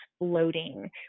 exploding